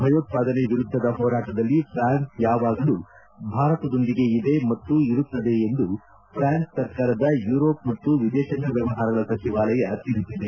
ಭಯೋತ್ಪಾದನೆ ವಿರುದ್ಧದ ಹೋರಾಟದಲ್ಲಿ ಪ್ರಾನ್ಸ್ ಯಾವಾಗಲೂ ಭಾರತದೊಂದಿಗೆ ಇದೆ ಮತ್ತು ಇರುತ್ತದೆ ಎಂದು ಫ್ರಾನ್ಸ್ ಸರ್ಕಾರದ ಯುರೋಪ್ ಮತ್ತು ವಿದೇಶಾಂಗ ವ್ಲವಹಾರಗಳ ಸಚಿವಾಲಯ ತಿಳಿಸಿದೆ